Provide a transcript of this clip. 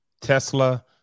Tesla